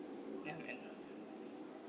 young and